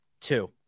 Two